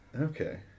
Okay